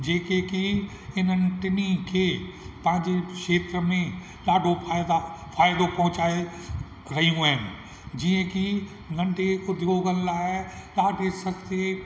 जेके की इन्हनि टिन्ही खे पंहिंजे क्षेत्र में ॾाढो फ़ाइदा फ़ाइदो पहुचाए रहियूं आहिनि जीअं की नन्ढे उद्दयोगनि लाइ ॾाढे सस्ते